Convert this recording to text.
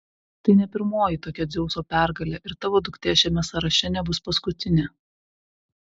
tai ne pirmoji tokia dzeuso pergalė ir tavo duktė šiame sąraše nebus paskutinė